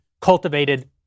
cultivated